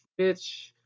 bitch